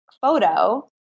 photo